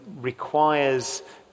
requires